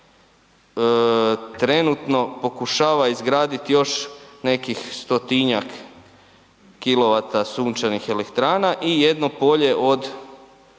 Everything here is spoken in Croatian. trenutno pokušava izgraditi još nekih 100-tinjak kilovata sunčanih elektrana i jedno polje od,